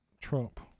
Trump